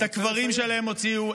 את הקברים שלהם הוציאו,